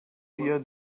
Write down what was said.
wir